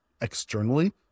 externally